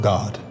God